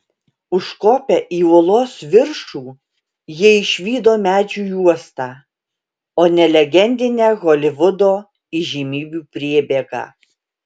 užkopę į uolos viršų jie išvydo medžių juostą o ne legendinę holivudo įžymybių priebėgą